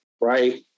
right